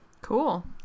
cool